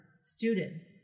students